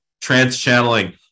trans-channeling